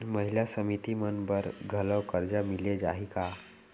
महिला समिति मन बर घलो करजा मिले जाही का?